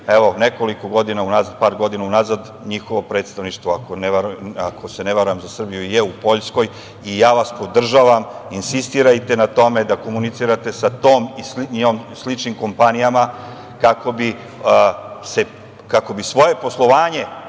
nekoliko godina unazad njihovo predstavništva, ako se ne varam, za Srbiju je u Poljskoj i podržavam vas. Insistirajte na tome da komunicirate sa tom i sličnim kompanijama kako bi svoje poslovanje,